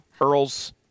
Earls